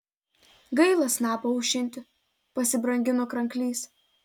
gaila snapą aušinti pasibrangino kranklys